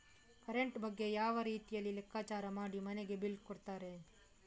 Current ಬಗ್ಗೆ ಯಾವ ರೀತಿಯಲ್ಲಿ ಲೆಕ್ಕಚಾರ ಮಾಡಿ ಮನೆಗೆ ಬಿಲ್ ಕೊಡುತ್ತಾರೆ?